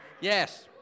Yes